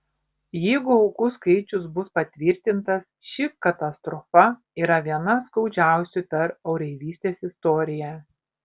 jeigu aukų skaičius bus patvirtintas ši katastrofa yra viena skaudžiausių per oreivystės istoriją